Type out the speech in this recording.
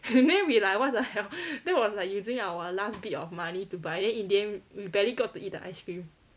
then we like what the hell that was like using our last bit of money to buy then in the end we barely got to eat the ice cream